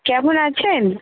কেমন আছেন